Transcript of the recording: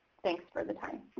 thanks for the time.